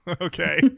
Okay